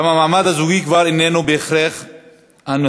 גם המעמד הזוגי כבר איננו בהכרח הנשוי,